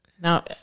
Now